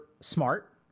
smart